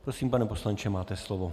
Prosím, pane poslanče, máte slovo.